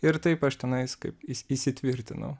ir taip aš tenais kaip įsi įsitvirtinau